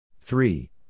Three